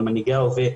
על מנהיגי ההווה,